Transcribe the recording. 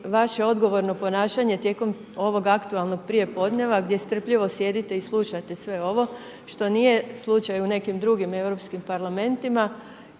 vaše odgovorno ponašanje tijekom ovoga aktualnog prijepodneva gdje strpljivo sjedite i slušate sve ovo što nije slučaj u nekim drugim europskim parlamentima.